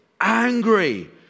angry